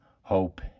hope